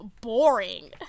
boring